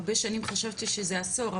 הרבה שנים חשבתי שזה עשור,